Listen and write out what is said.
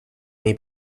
nei